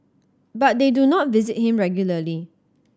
but they do not visit him regularly